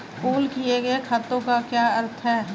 Pool किए गए खातों का क्या अर्थ है?